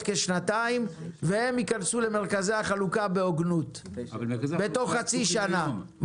כשנתיים והם ייכנסו למרכזי החלוקה בהוגנות בתוך חצי שנה.